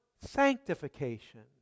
sanctification